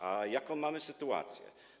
A jaką mamy sytuację?